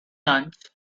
lunch